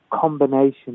combination